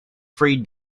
free